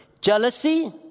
Jealousy